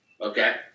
Okay